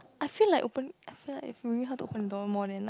I feel like open I feel it's really hard to open the door more than like